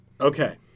Okay